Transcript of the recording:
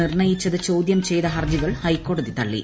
നിർണ്ണയിച്ചത് ചോദ്യം ചെയ്ത ഹർജികൾ ഹൈക്കോടതി തള്ളി